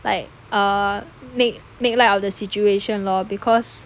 like err make make light of the situation lor because